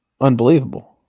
Unbelievable